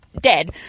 dead